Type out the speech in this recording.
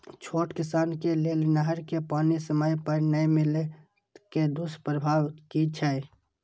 छोट किसान के लेल नहर के पानी समय पर नै मिले के दुष्प्रभाव कि छै?